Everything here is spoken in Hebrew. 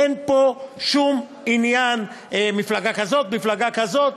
אין פה שום עניין של מפלגה כזאת, מפלגה כזאת.